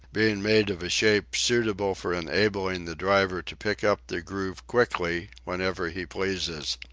being made of a shape suitable for enabling the driver to pick up the groove quickly whenever he pleases.